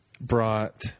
brought